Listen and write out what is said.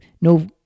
no